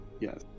Yes